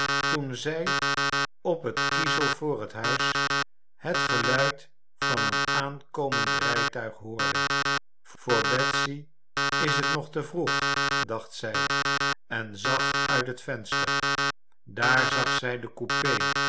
toen zij op het kiezel voor het huis het geluid van een aankomend rijtuig hoorde voor betsy is het nog te vroeg dacht zij en zag uit het venster daar zag zij de coupé